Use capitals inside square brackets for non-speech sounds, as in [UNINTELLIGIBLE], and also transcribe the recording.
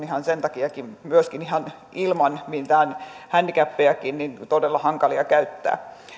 [UNINTELLIGIBLE] ihan sen takiakin ihan ilman mitään handicapejakin todella hankala käyttää niitä